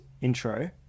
intro